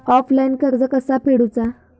Offline कर्ज कसा फेडूचा?